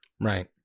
Right